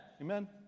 amen